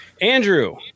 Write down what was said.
Andrew